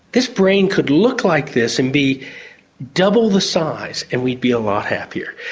this brain could look like this and be double the size and we'd be a lot happier.